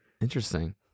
interesting